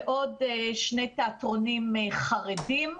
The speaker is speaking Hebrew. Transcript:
ועוד שני תיאטרונים חרדים.